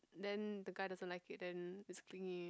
then the guy doesn't like it then it's clingy